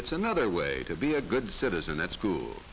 thats another way to be a good citizen at school